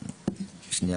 שנייה,